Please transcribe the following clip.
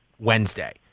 Wednesday